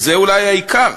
וזה אולי העיקר,